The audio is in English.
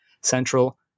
Central